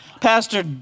Pastor